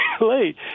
late